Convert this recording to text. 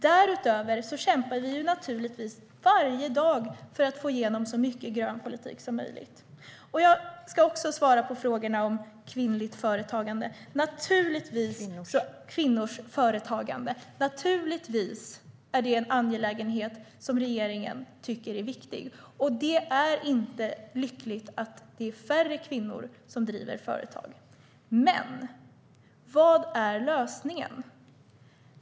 Därutöver kämpar vi naturligtvis varje dag för att få igenom så mycket grön politik som möjligt. Jag ska också svara på frågorna om kvinnors företagande. Det är naturligtvis en angelägenhet som regeringen tycker är viktig. Det är inte lyckat att det är färre kvinnor som driver företag, men vad är lösningen?